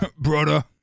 Brother